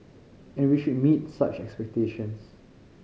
and we should meet such expectations